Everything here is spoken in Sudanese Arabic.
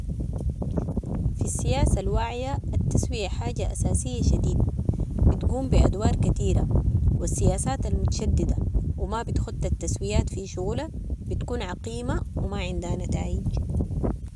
في السياسة الواعيه التسوية حاجة اساسيه شديد، بتقوم بادوار كتيرة و السياسات المتشدده و ما بتخت التسويات في شغالها بتكون عقيمة و ما عندها نتايج.